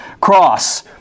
cross